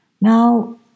Now